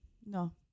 No